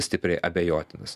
stipriai abejotinas